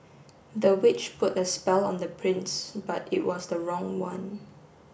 the witch put a spell on the prince but it was the wrong one